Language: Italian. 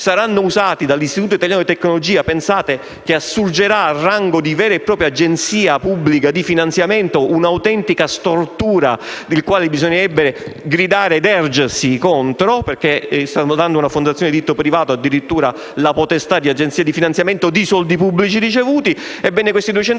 saranno usati dall'Istituto di tecnologia che - pensate - assurgerà al rango di vera e propria agenzia pubblica di finanziamento: una autentica stortura, contro la quale bisognerebbe urlare e ergersi, perché si sta dando a una fondazione di diritto privato addirittura la potestà di agenzia di finanziamento di soldi pubblici ricevuti.